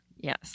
Yes